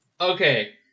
Okay